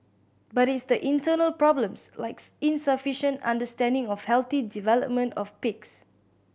but it's the internal problems likes insufficient understanding of healthy development of pigs